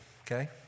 Okay